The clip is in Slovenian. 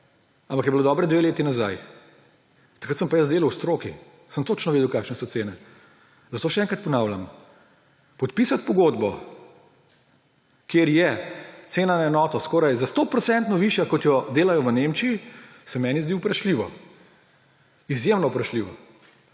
ampak je bilo dobre 2 leti nazaj. Takrat sem pa jaz delal v stroki. Sem točno vedel, kakšne so cene. Zato še enkrat ponavljam, podpisati pogodbo, kjer je cena na enoto skoraj za 100 % višja, kot jo delajo v Nemčiji, se meni zdi vprašljivo. Izjemno vprašljivo.